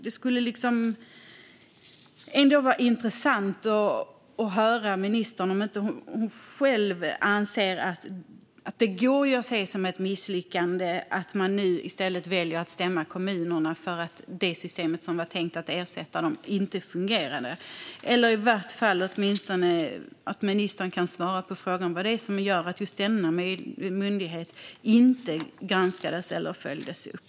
Det skulle vara intressant att höra om ministern inte själv anser att det går att se det som ett misslyckande att man nu i stället väljer att stämma kommunerna, därför att det system som var tänkt att ersätta dem inte fungerade, eller om hon åtminstone kan svara på frågan vad det är som gör att just denna myndighet inte granskades eller följdes upp.